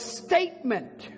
statement